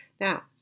Now